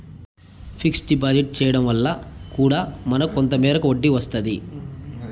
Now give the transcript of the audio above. fixed deposit చేయడం వల్ల కూడా మనకు కొంత మేరకు వడ్డీ వస్తాది